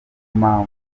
mpamvu